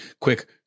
quick